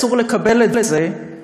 אסור לקבל את זה,